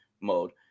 mode